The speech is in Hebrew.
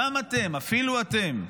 אפילו אתם,